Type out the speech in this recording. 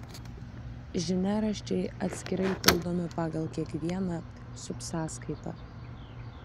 žiniaraščiai atskirai pildomi pagal kiekvieną subsąskaitą